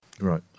Right